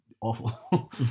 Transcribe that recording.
Awful